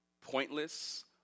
pointless